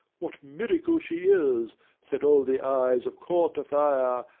what miracle she is set all the eyes of court a-fire,